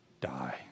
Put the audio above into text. die